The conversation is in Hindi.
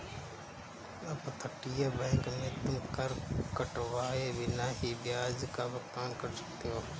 अपतटीय बैंक में तुम कर कटवाए बिना ही ब्याज का भुगतान कर सकते हो